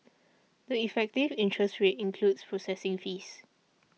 the effective interest rate includes processing fees